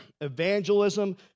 evangelism